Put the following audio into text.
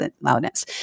loudness